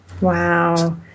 Wow